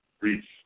reach